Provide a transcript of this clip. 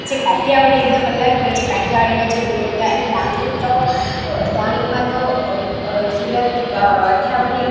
છે કાઠિયાવાડી એકદમ અલગ હોય છે કાઠિયાવાડીમાં જે બોલે તે અને ડાંગની તો ડાંગમાં તો સુરત કાઠિયાવાડી